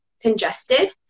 congested